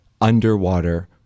underwater